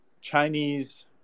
Chinese